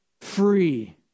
free